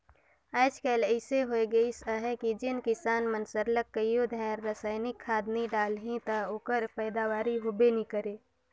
आएज काएल अइसे होए गइस अहे कि जेन किसान मन सरलग कइयो धाएर रसइनिक खाद नी डालहीं ता ओकर पएदावारी होबे नी करे